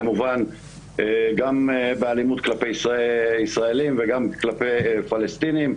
כמובן גם באלימות כלפי ישראלים וגם כלפי פלסטינים.